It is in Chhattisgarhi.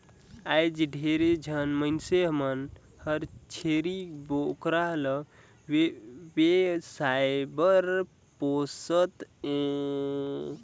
आयज ढेरे झन मइनसे मन हर छेरी बोकरा ल बेवसाय बर पोसत हें